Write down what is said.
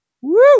Woo